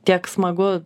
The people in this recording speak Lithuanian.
tiek smagu